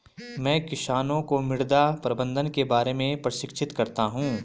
मैं किसानों को मृदा प्रबंधन के बारे में प्रशिक्षित करता हूँ